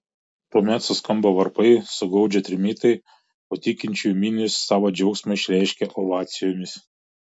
tuomet suskamba varpai sugaudžia trimitai o tikinčiųjų minios savo džiaugsmą išreiškia ovacijomis